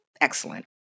excellent